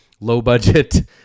low-budget